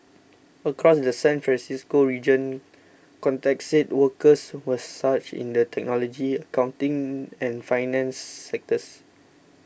across the San Francisco region contacts said workers were scarce in the technology accounting and finance sectors